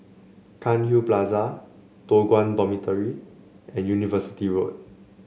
Cairnhill Plaza Toh Guan Dormitory and University Road